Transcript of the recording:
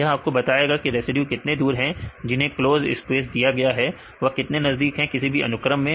या आपको बताएगा कि रेसिड्यू कितने दूर हैं जिन्हें क्लोज स्पेस दिया गया है और वह कितने नजदीक हैं किसी भी अनुक्रम में